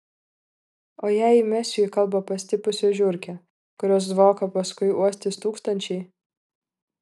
o jei įmesiu į kalbą pastipusią žiurkę kurios dvoką paskui uostys tūkstančiai